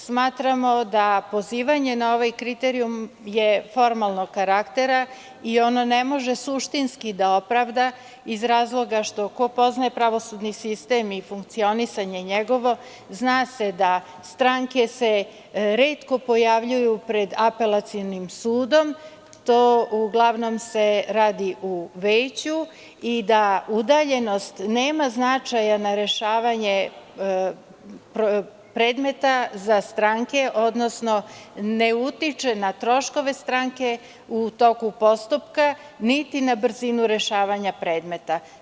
Smatramo da je pozivanje na ovaj kriterijum formalnog karaktera i ono ne može suštinski da se opravda iz razloga što se, ko poznaje pravosudni sistem i funkcionisanje njegovo, zna da se stranke retko pojavljuju pred Apelacionim sudom, to uglavnom se radi u veću, i da udaljenost nema značaja na rešavanje predmeta za stranke, odnosno ne utiče na troškove stranke u toku postupka, niti na brzinu rešavanja predmeta.